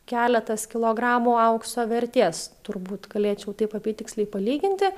keletas kilogramų aukso vertės turbūt galėčiau taip apytiksliai palyginti